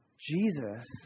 Jesus